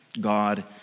God